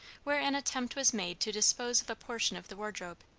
where an attempt was made to dispose of a portion of the wardrobe.